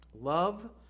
love